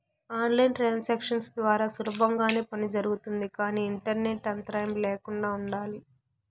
on line transactions ద్వారా సులభంగానే పని జరుగుతుంది కానీ ఇంటర్నెట్ అంతరాయం ల్యాకుండా ఉండాలి